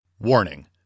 Warning